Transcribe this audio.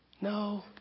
no